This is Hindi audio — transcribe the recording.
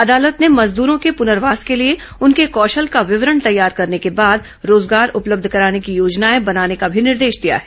अदालत ने मजदूरों के पुनर्वास के लिए उनके कौशल का विवरण तैयार करने के बाद रोजगार उपलब्ध कराने की योजनाए बनाने का भी निर्देश दिया है